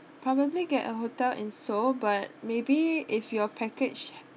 probably get a hotel in seoul but maybe if your package